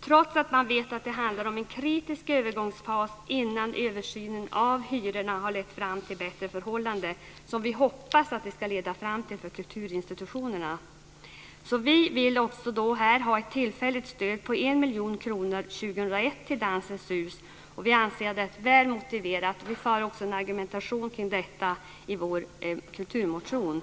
sker trots att man vet att det handlar om en kritisk övergångsfas innan översynen av hyrorna har lett fram till bättre förhållanden, något som vi hoppas att det ska göra, för kulturinstitutionerna. Vi vill ha ett tillfälligt stöd på 1 miljon kronor år 2001 till Dansens hus. Vi anser att det är väl motiverat. Vi för också en argumentation kring detta i vår kulturmotion. Herr talman!